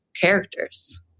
characters